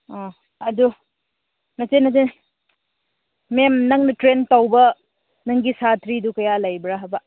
ꯑꯥ ꯑꯗꯨ ꯅꯠꯇꯦ ꯅꯠꯇꯦ ꯃꯦꯝ ꯅꯪꯅ ꯇ꯭ꯔꯦꯟ ꯇꯧꯕ ꯅꯪꯒꯤ ꯁꯥꯇ꯭ꯔꯤꯗꯨ ꯀꯌꯥ ꯂꯩꯕ꯭ꯔꯥ ꯍꯥꯏꯕ